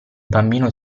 bambino